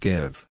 Give